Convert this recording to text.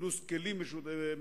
פלוס כלים מסוימים